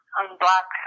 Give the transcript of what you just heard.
unblock